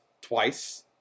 twice